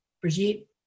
Brigitte